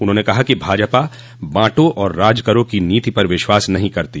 उन्होंने कहा कि भाजपा बांटो और राज करो की नीति पर विश्वास नहीं करती